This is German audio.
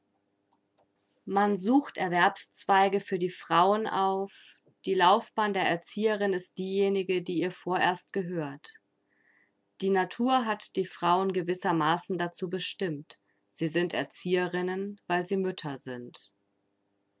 man sucht erwerbszweige für die frauen auf die laufbahn der erzieherin ist diejenige die ihr vorerst gehört die natur hat die frauen gewissermaßen dazu bestimmt sie sind erzieherinnen weil sie mütter sind